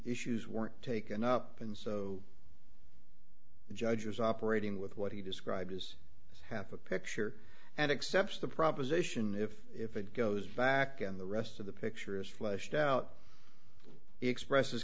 issues were taken up and so the judge was operating with what he describes as half a picture and accept the proposition if if it goes back and the rest of the picture is fleshed out expresses